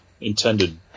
intended